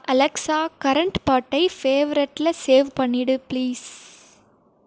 Alexa current பாட்டை ஃபேவரெட்ல save பண்ணிடு ப்ளீஸ்